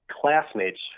classmates